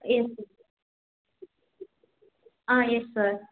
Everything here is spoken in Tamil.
S sir ah yes sir